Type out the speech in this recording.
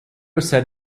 said